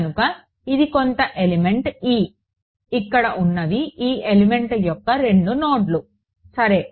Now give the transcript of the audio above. కనుక ఇది కొంత ఎలిమెంట్ ఇ ఇక్కడ ఉన్నవి ఈ ఎలిమెంట్ యొక్క రెండు నోడ్లు సరే